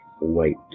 wait